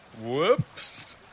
whoops